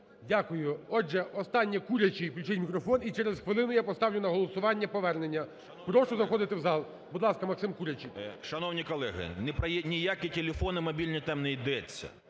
Дякую. Отже, останнє – Курячий, включіть мікрофон. І через хвилину я поставлю на голосування повернення. Прошу заходити в зал. Будь ласка, Максим Курячий. 13:52:04 КУРЯЧИЙ М.П. Шановні колеги, ні про які телефони мобільні там не йдеться,